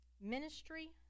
ministry